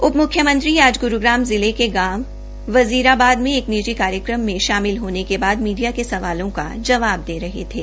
उपम्ख्यमंत्री आज ग्रुग्राम जिला के गांव वजीराबाद में एक निजी कार्यक्रम में शामिल होने के बाद मीडिया के सवालों का जवाब दे रहे थे